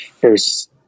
first